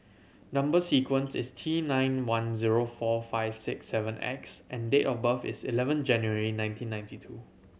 number sequence is T nine one zero four five six seven X and date of birth is eleven January nineteen ninety two